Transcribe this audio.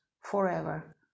forever